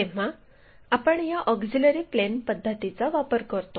तेव्हा आपण या ऑक्झिलिअरी प्लेन पद्धतीचा वापर करतो